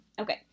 okay